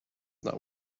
that